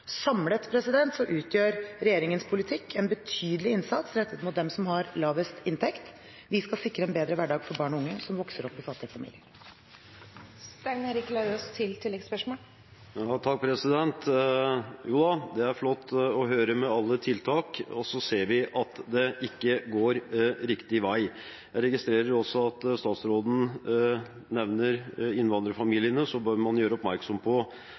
Samlet utgjør regjeringens politikk en betydelig innsats rettet mot dem som har lavest inntekt. Vi skal sikre en bedre hverdag for barn og unge som vokser opp i fattige familier. Det er flott å høre om alle tiltak, men vi ser at det ikke går riktig vei. Jeg registrerer også at statsråden nevner innvandrerfamiliene, men da bør man gjøre oppmerksom på